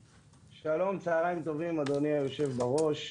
שלום, צוהריים טובים, אדוני היושב בראש,